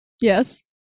Yes